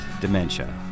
dementia